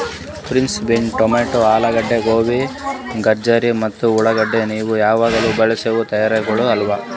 piece, beans, tomato, ಆಲೂಗಡ್ಡಿ, ಗೋಬಿ, ಗಜರಿ ಮತ್ತ ಉಳಾಗಡ್ಡಿ ಇವು ಯಾವಾಗ್ಲೂ ಬೆಳಸಾ ತರಕಾರಿಗೊಳ್ ಅವಾ